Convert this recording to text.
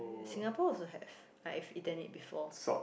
Singapore also have I've eaten it before